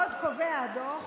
עוד קובע דוח